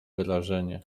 wyrażenie